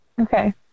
Okay